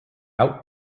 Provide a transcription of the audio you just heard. out